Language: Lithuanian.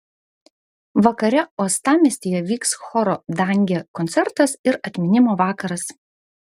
vakare uostamiestyje vyks choro dangė koncertas ir atminimo vakaras